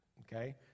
Okay